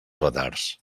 retards